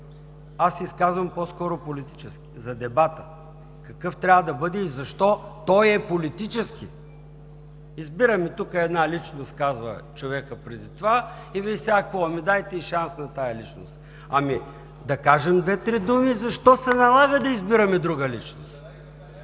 се изказвам по-скоро политически за дебата – какъв трябва да бъде, и защо той е политически. „Избираме тук една личност – казва човекът преди това – и Вие сега, какво? Ами дайте ѝ шанс на тази личност“. Ами, да кажем две три думи защо се налага да избираме друга личност.